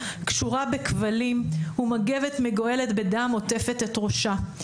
קשורה בכבלים ומגבת מגועלת בדם עוטפת את ראשה.